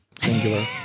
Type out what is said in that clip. singular